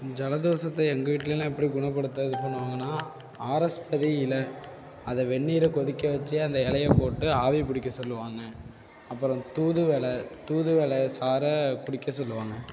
ஜலதோஷத்த எங்கள் வீட்லேலாம் எப்படி குணப்படுத்த இது பண்ணுவாங்கனா ஆர்எஸ் பதி இலை அதை வெந்நீரை கொதிக்க வச்சு அந்த இலைய போட்டு ஆவி பிடிக்க சொல்லுவாங்க அப்புறம் தூதுவளை தூதுவளை சாரை குடிக்க சொல்லுவாங்க